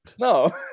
No